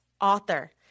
author